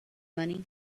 money